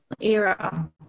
era